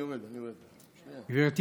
גברתי